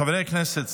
חברי הכנסת,